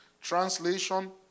translation